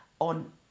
on